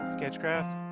Sketchcraft